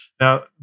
Now